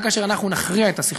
רק כאשר אנחנו נכריע את הסכסוך,